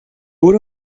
would